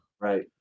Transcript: Right